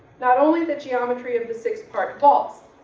not only the geometry of the sixth part vaults,